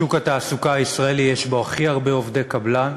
שוק התעסוקה הישראלי, יש בו הכי הרבה עובדי קבלן.